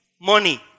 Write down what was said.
money